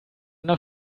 nach